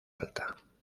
alta